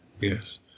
Yes